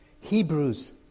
Hebrews